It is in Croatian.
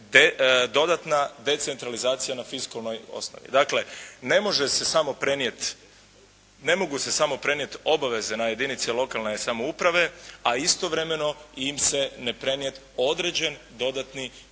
dodatna decentralizacija na fiskalnoj osnovi. Dakle, ne može se samo prenijeti, ne mogu se samo prenijeti obaveze na jedinice lokalne samouprave, a istovremeno im se ne prenijeti određen dodatni